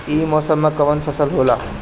ई मौसम में कवन फसल होला?